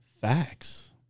facts